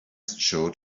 showed